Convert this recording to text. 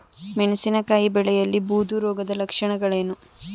ಮೆಣಸಿನಕಾಯಿ ಬೆಳೆಯಲ್ಲಿ ಬೂದು ರೋಗದ ಲಕ್ಷಣಗಳೇನು?